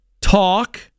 talk